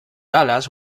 dallas